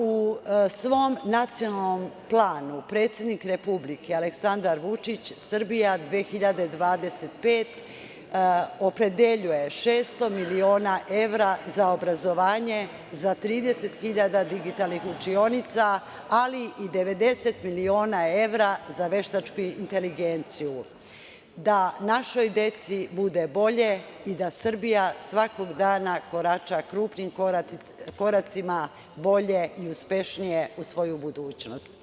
U svom nacionalnom planu predsednik Republike Aleksandar Vučić „Srbija 2025“ opredeljuje 600 miliona evra za obrazovanje za 30.000 digitalnih učionica, ali i 90 miliona evra za veštačku inteligenciju da našoj deci bude bolje i da Srbija svakog dana korača krupnim koracima bolje i uspešnije u svoju budućnost.